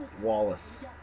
Wallace